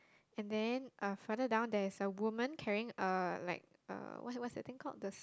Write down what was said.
and then uh further down there is a woman carrying a like uh what what's the thing called the